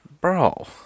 bro